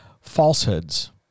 falsehoods